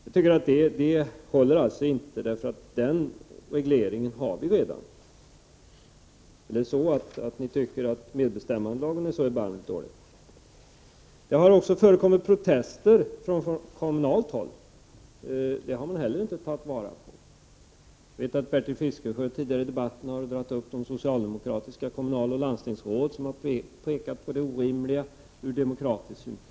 Resonemanget håller alltså inte. Vi har alltså redan en sådan reglering. Tycker ni att medbestämmande lagen är så erbarmligt dålig? Det har också framförts protester från kommunalt håll. Dessa har man inte heller tagit till vara. Jag vet att Bertil Fiskesjö tidigare i debatten har nämnt de socialdemokratiska kommunaloch landstingsråd som har pekat på det 45 orimliga ur demokratisk synpunkt.